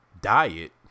diet